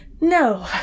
No